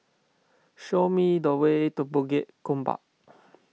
show me the way to Bukit Gombak